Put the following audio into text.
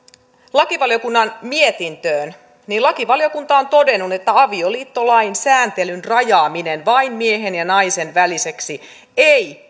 lakivaliokunnan mietintöön niin lakivaliokunta on todennut että avioliittolain sääntelyn rajaaminen vain miehen ja naisen väliseksi ei